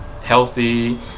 healthy